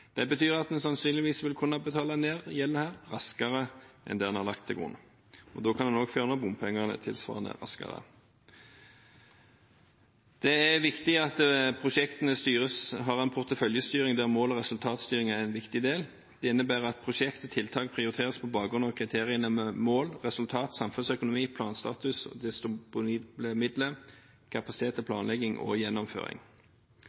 Det betyr at en sannsynligvis vil kunne betale ned denne gjelden raskere enn en har lagt til grunn. Da kan en også fjerne bompengene tilsvarende raskere. Det er viktig at prosjektene har en porteføljestyring der mål- og resultatstyring er en viktig del. Det innebærer at prosjekt og tiltak prioriteres på bakgrunn av kriteriene mål, resultat, samfunnsøkonomi, planstatus, disponible midler, kapasitet til planlegging og gjennomføring.